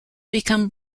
become